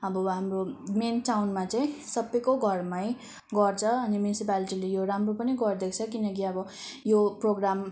आब हाम्रो मेन टाउनमा चाहिँ सबैको घरमै गर्छ अनि म्युनिसिपालिटीले यो राम्रो पनि गर्दैछ किनकि अब यो प्रोग्राम